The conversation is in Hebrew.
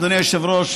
אדוני היושב-ראש,